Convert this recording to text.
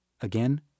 Again